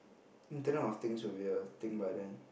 internet of things will be a thing by then